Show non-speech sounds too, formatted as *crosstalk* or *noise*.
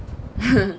*laughs*